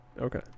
Okay